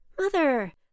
Mother